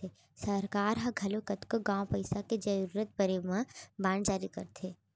सरकार ह घलौ कतको घांव पइसा के जरूरत परे म बांड जारी करथे